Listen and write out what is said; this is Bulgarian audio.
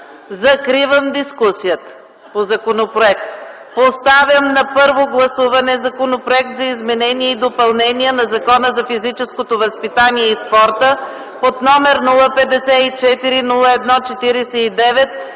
Закривам дискусията по законопроекта. Поставям на първо гласуване Законопроект за изменение и допълнение на Закона за физическото възпитание и спорта, № 054 01-49,